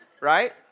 right